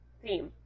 theme